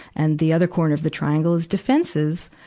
and the other corner of the triangle is defenses,